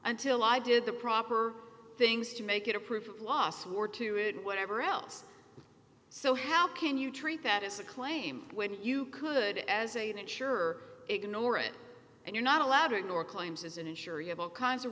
until i did the proper things to make it a proof of loss or to it whatever else so how can you treat that as a claim when you could as a insurer ignore it and you're not allowed to ignore claims as an insurer you have all kinds of